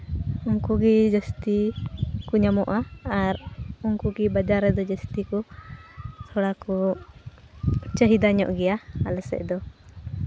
ᱩᱱᱠᱩ ᱜᱮ ᱡᱟᱹᱥᱛᱤ ᱠᱚ ᱧᱟᱢᱚᱜᱼᱟ ᱟᱨ ᱩᱱᱠᱩ ᱜᱮ ᱵᱟᱡᱟᱨ ᱨᱮᱫᱚ ᱡᱟᱹᱥᱛᱤ ᱠᱚ ᱛᱷᱚᱲᱟ ᱠᱚ ᱪᱟᱹᱦᱤᱫᱟ ᱧᱚᱜ ᱜᱮᱭᱟ ᱟᱞᱮᱥᱮᱫ ᱫᱚ